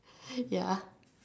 ya